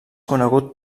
conegut